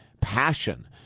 passion